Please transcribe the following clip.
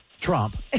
Trump